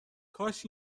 کاش